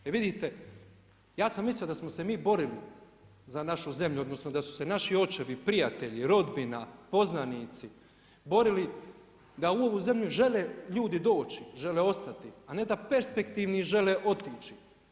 Vidite ja sam mislio da smo se mi borili za našu zemlju, odnosno, da su se naši očevi, prijatelji, rodbina, poznanici borili da u ovu zemlju žele ljudi doći, žele ostati, a ne da perspektivni žele otići.